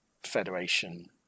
Federation